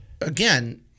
again